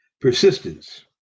Persistence